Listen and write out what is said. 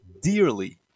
dearly